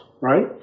Right